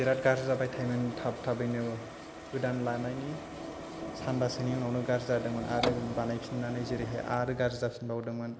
बेराद गाज्रि जाबाय थायोमोन थाब थाबैनो गोदान लानायनि सानबासोनि उनावनो गाज्रि जादोंमोन आरो बानायफिनानै जेरैहाय आरो गाज्रि जाफिनबावदोंमोन